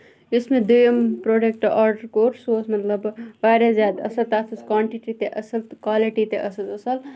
یُس مےٚ دٔیِم پرٛوڈَکٹہٕ آرڈَر کوٚر سُہ اوس مطلب واریاہ زیادٕ اَصٕل تَتھ ٲس کانٹِٹی تہِ اَصٕل تہٕ کالٹی تہِ اَصٕل ٲس تَتھ